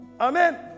Amen